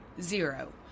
zero